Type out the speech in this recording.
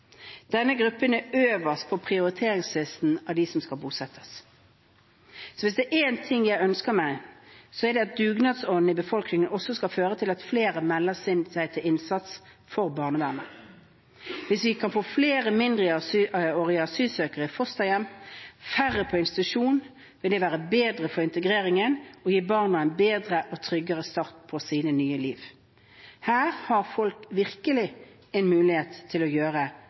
Denne gruppen er øverst på prioriteringslisten over dem som skal bosettes. Hvis det er én ting jeg ønsker meg, så er det at dugnadsånden i befolkningen også skal føre til at flere mennesker melder seg til innsats for barnevernet. Hvis vi kan få flere mindreårige asylsøkere i fosterhjem og færre på institusjon, vil det være bedre for integreringen og gi barna en bedre og tryggere start på sitt nye liv. Her har folk virkelig en mulighet til å gjøre